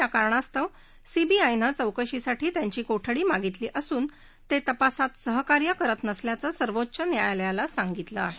या कारणास्तव सीबीआयनं चौकशीसाठी त्यांची कोठडी मागितली असून ते तपासात सहकार्य करत नसल्याचं सर्वोच्च न्यायालयाला सांगितलं आहे